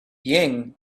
ying